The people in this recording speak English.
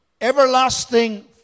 everlasting